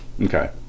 okay